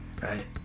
right